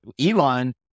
elon